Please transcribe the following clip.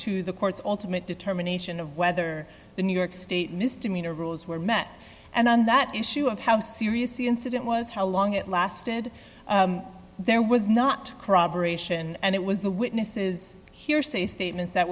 to the court's ultimate determination of whether the new york state misdemeanor rules were met and on that issue of how serious the incident was how long it lasted there was not corroboration and it was the witnesses hearsay statements that